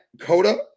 coda